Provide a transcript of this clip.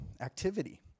activity